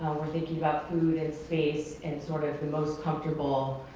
we're thinking about food and space, and sort of the most comfortable